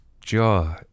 jaw